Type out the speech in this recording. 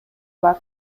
бар